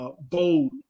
bold